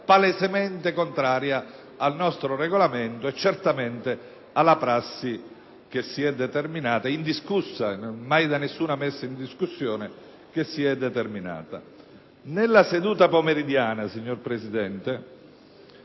palesemente contraria al nostro Regolamento e certamente alla prassi, mai da nessuno messa in discussione, che si è determinata. Nella seduta pomeridiana, signor Presidente,